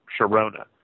Sharona